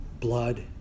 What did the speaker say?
Blood